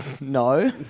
No